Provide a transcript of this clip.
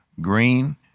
green